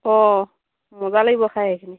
অ' মজা লাগিব খাই সেইখিনি